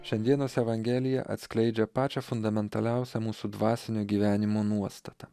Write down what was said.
šiandienos evangelija atskleidžia pačią fundamentaliausią mūsų dvasinio gyvenimo nuostatą